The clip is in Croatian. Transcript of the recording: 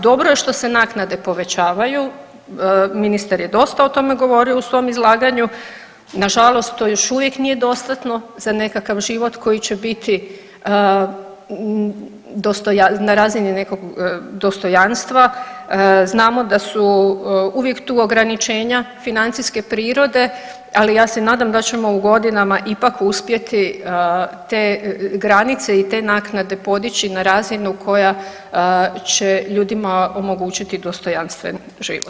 Dobro je što se naknade povećavaju, ministar je dosta o tome govorimo u svom izlaganju, nažalost to još uvijek nije dostatno za nekakav život koji će biti dostojanstven, na razini nekakvog dostojanstva, znamo da su uvijek tu ograničenja financijske prirode, ali ja se nadam da ćemo u godinama ipak uspjeti te granice i te naknade podići na razinu koja će ljudima omogućiti dostojanstven život.